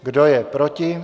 Kdo je proti?